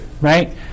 right